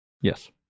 Yes